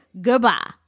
goodbye